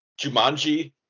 Jumanji